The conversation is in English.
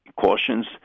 cautions